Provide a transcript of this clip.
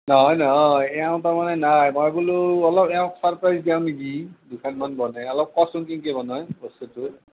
নহয় নহয় এওঁ তাৰ মানে নাই মই বোলো অপল এওঁক ছাৰজপ্ৰাইজ দিওঁ নেকি দুটামান বনাই অলপ কোৱাচোন কেংকে বনাই বস্তুটো